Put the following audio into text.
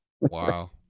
wow